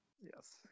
Yes